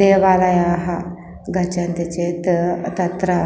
देवालयाः गच्छन्ति चेत् तत्र